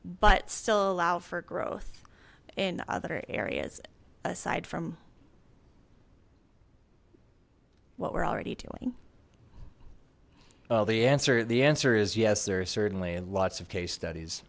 but still allow for growth in other areas aside from what we're already doing well the answer the answer is yes there are certainly lots of case studies